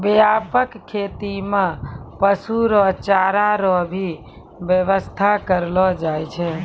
व्यापक खेती मे पशु रो चारा रो भी व्याबस्था करलो जाय छै